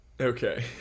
Okay